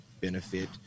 benefit